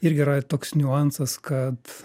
irgi yra toks niuansas kad